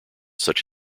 such